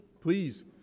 please